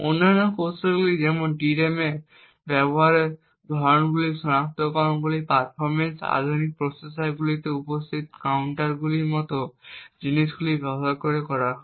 অন্যান্য কৌশলগুলি যেমন DRAM তে ব্যবহারের ধরণগুলি সনাক্তকরণগুলি পারফরম্যান্স আধুনিক প্রসেসরগুলিতে উপস্থিত কাউন্টারগুলির মতো জিনিসগুলি ব্যবহার করে করা হয়